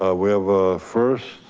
ah we have, ah first,